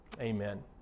Amen